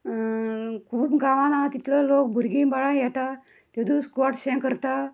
खूब गांवान आसा तितलोय लोक भुरगीं बाळां येता त्यो दीस गोडशें करता